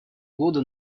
годы